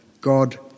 God